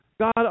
God